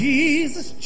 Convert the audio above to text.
Jesus